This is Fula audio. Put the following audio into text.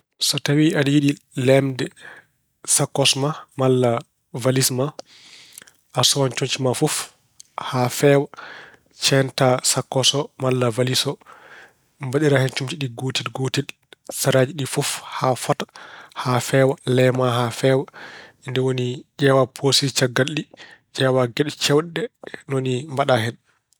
So tawi aɗa yiɗi leemde sakkoos ma walla walis ma, a sowan comci ma fof haa feewa. Ceentaa sakkoos o malla walis mbaɗira hen comci ɗii gootel gootel, saraaji ɗii fof haa fota, haa feewa. Leema haa feewa, ndeen woni ƴeewaa posuuji caggal ɗii, ƴeewaa geɗe cewɗe ɗe ni woni mbaɗa hen.